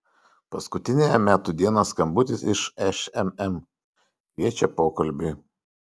paskutiniąją metų dieną skambutis iš šmm kviečia pokalbiui